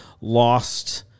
lost